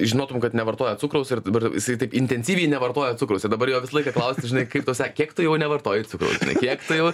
žinotume kad nevartoja cukraus ir dabar jisai taip intensyviai nevartoja cukraus ir dabar jo visą laiką klausia žinai kaip tau sa kiek tu jau nevartoji cukraus kiek tu jau